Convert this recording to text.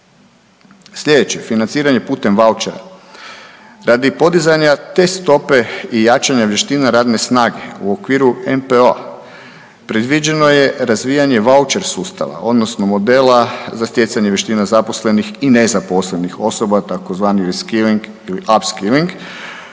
Sljedeće, financiranje putem vaučera, radi podizanja te stope i jačanja vještina radne snage u okviru MPO-a predviđeno je razvijanje vaučer sustava odnosno modela za stjecanje vještina zaposlenih i nezaposlenih osoba, tzv. reskiling ili upskilling